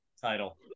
Title